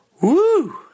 Woo